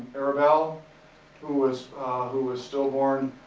arabellea who was who was stillborn,